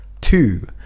Two